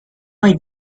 hay